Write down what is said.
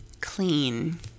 clean